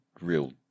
real